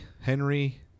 Henry